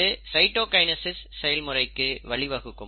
இது சைட்டோகைனசிஸ் செயல்முறைக்கு வழிவகுக்கும்